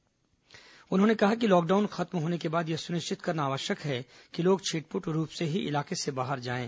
प्रधानमंत्री ने कहा कि लॉकडाउन खत्म होने के बाद यह सुनिश्चित करना आवश्यक है कि लोग छिटपुट रूप से ही इलाके से बाहर जायें